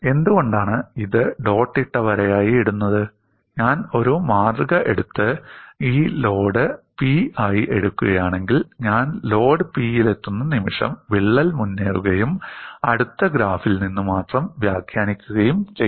എന്തുകൊണ്ടാണ് ഇത് ഡോട്ട് ഇട്ട വരയായി ഇടുന്നത് ഞാൻ ഒരു മാതൃക എടുത്ത് ഈ ലോഡ് P ആയി എടുക്കുകയാണെങ്കിൽ ഞാൻ ലോഡ് P യിലെത്തുന്ന നിമിഷം വിള്ളൽ മുന്നേറുകയും അടുത്ത ഗ്രാഫിൽ നിന്ന് മാത്രം വ്യാഖ്യാനിക്കുകയും ചെയ്യാം